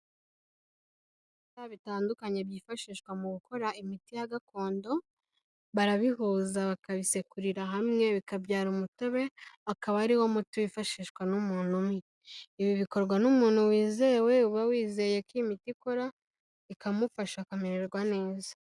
Ibimera bitandukanye byifashishwa mu gukora imiti ya gakondo barabihuza bakabisekurira hamwe bikabyara umutobe akaba ari wo muti wifashishwa n'umuntu umwe. Ibi bikorwa n'umuntu wizewe uba wizeye ko iyi miti ikora ikamufasha akamererwa neza.